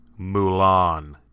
Mulan